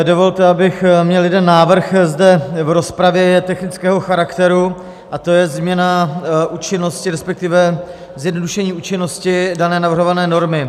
Dovolte, abych měl jeden návrh zde v rozpravě, je technického charakteru, to je změna účinnosti, respektive zjednodušení účinnosti dané navrhované normy.